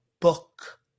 book